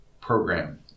program